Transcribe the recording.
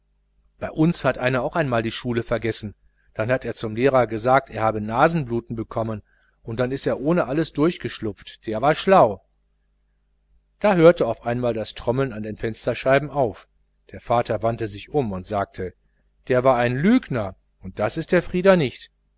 bei uns hat einer auch einmal die schule vergessen dann hat er zum lehrer gesagt er habe nasenbluten bekommen und so ist er ohne alles durchgeschlupft der war schlau da hörte auf einmal das trommeln an den fensterscheiben auf der vater wandte sich um und sagte der war ein lügner und das ist der frieder nicht